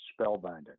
spellbinding